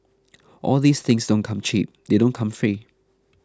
all these things don't come cheap they don't come free